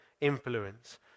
influence